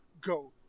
go